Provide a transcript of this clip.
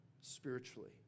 spiritually